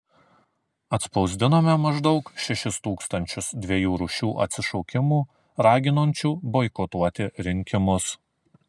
atspausdinome maždaug šešis tūkstančius dviejų rūšių atsišaukimų raginančių boikotuoti rinkimus